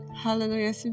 Hallelujah